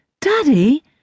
Daddy